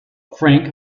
frank